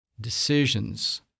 decisions